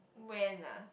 when ah